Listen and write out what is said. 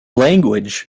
language